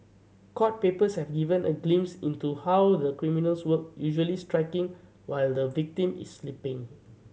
court papers have given a glimpse into how the criminals work usually striking while the victim is sleeping